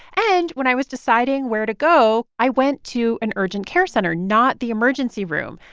and when i was deciding where to go, i went to an urgent care center, not the emergency room.